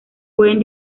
pueden